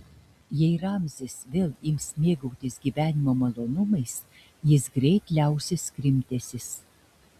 jei ramzis vėl ims mėgautis gyvenimo malonumais jis greit liausis krimtęsis